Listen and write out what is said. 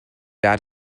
add